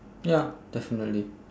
ya definitely